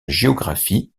géographie